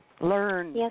Learn